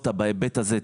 בהיבט הזה,